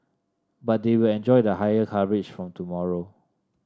but they will enjoy the higher coverage from tomorrow